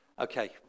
Okay